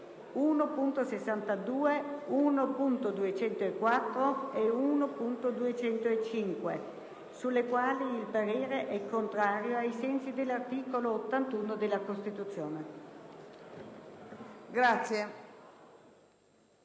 1.62, 1.204 e 1.205, sulle quali il parere è contrario ai sensi dell'articolo 81 della Costituzione».